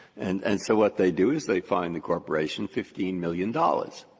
and and so what they do is they fine the corporation fifteen million dollars.